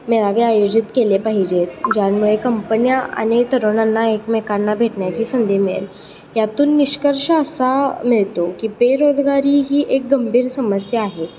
मेळावे आयोजित केले पाहिजेत ज्यामुळे कंपन्या आणि तरुणांना एकमेकांना भेटण्याची संधी मिळेल यातून निष्कर्ष असा मिळतो की बेरोजगारी ही एक गंभीर समस्या आहे